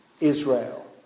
Israel